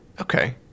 Okay